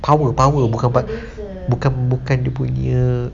power power bukan bukan dia punya